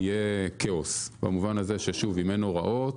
יהיה כאוס במובן הזה שאם אין הוראות